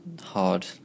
hard